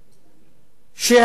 כשהשופטת,